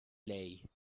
lay